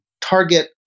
target